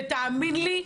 ותאמין לי,